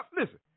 Listen